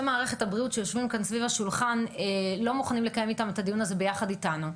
מערכת הבריאות שיושבים כאן סביב השולחן ביחד איתנו.